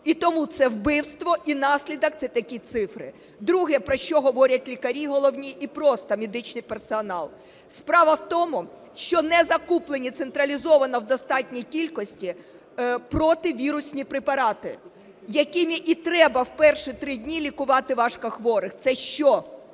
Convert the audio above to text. І тому це вбивство і наслідок це такі цифри. Друге, про що говорять лікарі головні і просто медичний персонал. Справа в тому, що не закуплені централізовано в достатній кількості противірусні препарати, якими і треба в перші три дні лікувати важкохворих. Це що?